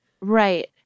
Right